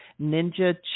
Ninja